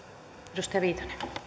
arvoisa rouva